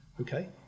okay